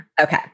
Okay